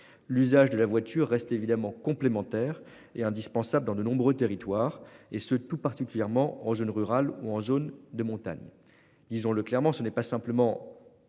l'usage de la voiture reste évidemment complémentaires et indispensable dans de nombreux territoires, et ce tout particulièrement aux jeunes rurale ou en zone de montagne. Disons-le clairement, ce n'est pas simplement.